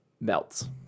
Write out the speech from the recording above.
melts